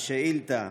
השאילתה: